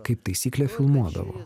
kaip taisyklė filmuodavo